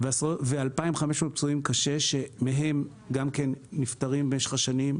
ו-2,500 פצועים קשה, שמהם גם נפטרים במשך השנים.